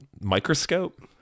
microscope